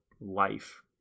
life